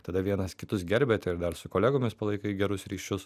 tada vienas kitus gerbiate ir dar su kolegomis palaikai gerus ryšius